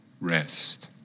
rest